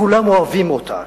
כולם אוהבים אותה,